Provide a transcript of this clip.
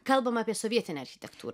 kalbam apie sovietinę architektūrą